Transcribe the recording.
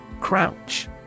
Crouch